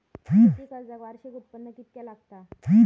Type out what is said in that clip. शेती कर्जाक वार्षिक उत्पन्न कितक्या लागता?